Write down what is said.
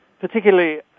particularly